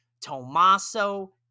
Tommaso